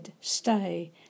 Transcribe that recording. stay